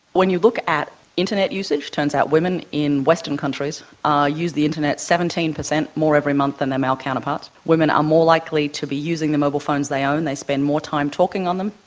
when you look at internet usage, it turns out women in western countries ah use the internet seventeen percent more every month than their male counterparts. women are more likely to be using the mobile phones they own, they spend more time talking on them,